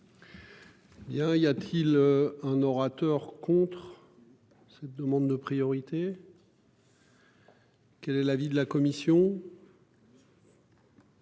il y a-t-il un orateur contre. Cette demande de priorité.-- Quel est l'avis de la commission.--